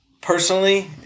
personally